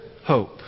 hope